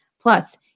Plus